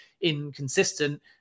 inconsistent